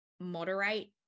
moderate